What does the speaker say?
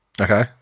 Okay